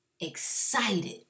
excited